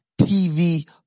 TV